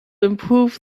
improve